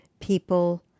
people